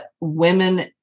women